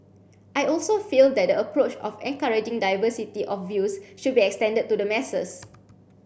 I also feel that the approach of encouraging diversity of views should be extended to the masses